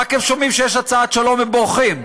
רק הם שומעים שיש הצעת שלום הם בורחים.